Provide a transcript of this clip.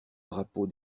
drapeau